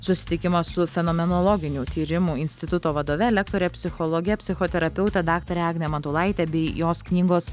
susitikimas su fenomenologinių tyrimų instituto vadove lektore psichologe psichoterapeute daktare agne matulaite bei jos knygos